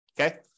Okay